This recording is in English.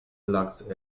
locks